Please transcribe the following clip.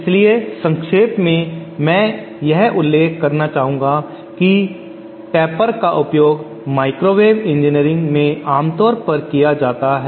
इसलिए संक्षेप में मैं यह उल्लेख करना चाहूंगा कि शंकुटेपर का उपयोग माइक्रोवेव इंजीनियरिंग में आमतौर पर किया जाता है